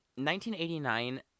1989